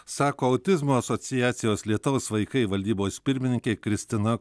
sako autizmo asociacijos lietaus vaikai valdybos pirmininkė kristina